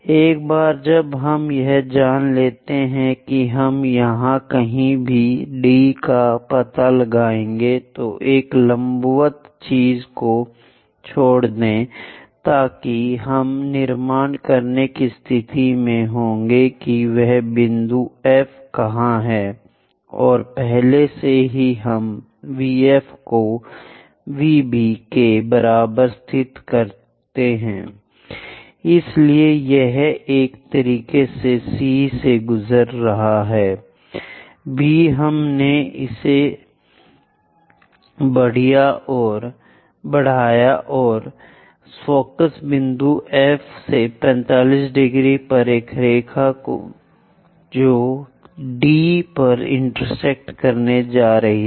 एक बार जब हम यह जान लेते हैं कि हम यहां कहीं भी D का पता लगाएंगे तो एक लंबवत चीज़ को छोड़ दें ताकि हम निर्माण करने की स्थिति में होंगे कि वह बिंदु F कहां है और पहले से ही हम VF को V B के बराबर स्थित करते हैं इसलिए यह एक तरह से C से गुजर रहा है B हमने इसे बढ़ाया और फोकस बिंदु F से 45 ° पर एक रेखा जो D पर इंटेरसेक्ट करने जा रही है